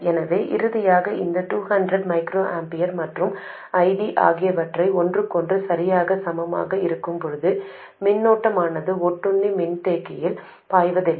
எனவே இறுதியாக இந்த 200 μA மற்றும் ID ஆகியவை ஒன்றுக்கொன்று சரியாகச் சமமாக இருக்கும் போது மின்னோட்டமானது ஒட்டுண்ணி மின்தேக்கியில் பாய்வதில்லை